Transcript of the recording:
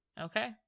okay